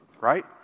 Right